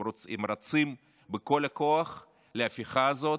הם רצים בכל הכוח להפיכה הזאת,